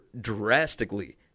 drastically